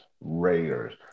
Raiders